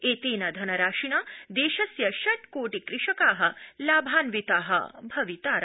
एतेन धनराशिना देशस्य षट्कोटि कृषका लाभान्विता भवितार